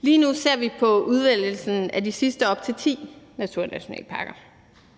Lige nu ser vi på udvælgelsen af de sidste op til ti naturnationalparker,